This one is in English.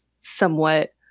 somewhat